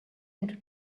into